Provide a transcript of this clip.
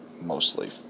mostly